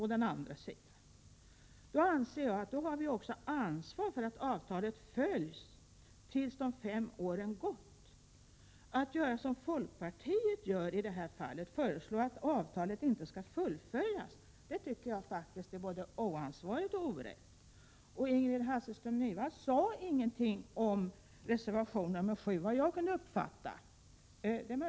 1987/88:86 nen å andra sidan anser jag att vi också har ansvar för att avtalet fullföljs tills 17 mars 1988 de fem åren har gått. Att göra som folkpartiet i detta fall, dvs. föreslå att avtalet inte skall fullföljas, är både oansvarigt och oriktigt. Ingrid Hasselström Nyvall sade ingenting om reservation nr 7, såvitt jag kunde uppfatta.